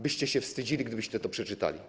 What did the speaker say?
Byście się wstydzili, gdybyście to przeczytali.